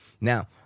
Now